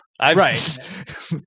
Right